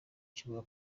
kibuga